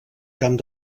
camp